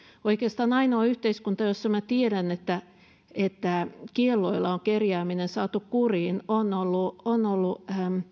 oikeastaan ainoa yhteiskunta josta minä tiedän että että kielloilla on kerjääminen saatu kuriin on ollut on ollut